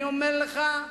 אני אומר לך,